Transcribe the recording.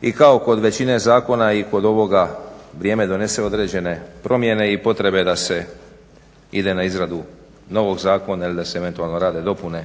i kao kod većine zakona i kod ovoga vrijeme donese određene promjene i potrebe da se ide na izradu novog zakona ili da se eventualno rade dopune.